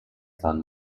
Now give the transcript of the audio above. تان